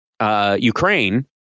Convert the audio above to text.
Ukraine